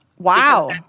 Wow